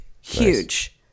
Huge